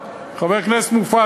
חבר הכנסת מופז,